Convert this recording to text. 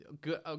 good